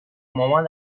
مامان